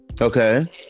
Okay